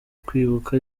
kwibuka